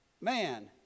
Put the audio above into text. man